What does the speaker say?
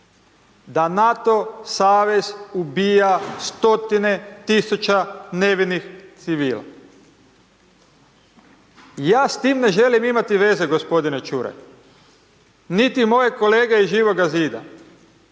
da NATO savez ubija stotine tisuća nevinih civila. Ja s tim ne želim imati veze gospodine Čuraj niti moje kolege iz Živoga zida.